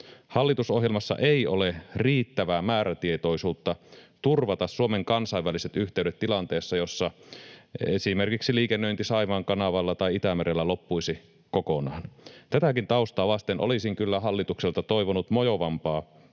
Hallitusohjelmassa ei ole riittävää määrätietoisuutta turvata Suomen kansainväliset yhteydet tilanteessa, jossa esimerkiksi liikennöinti Saimaan kanavalla tai Itämerellä loppuisi kokonaan. Tätäkin taustaa vasten olisin kyllä hallitukselta toivonut mojovampaa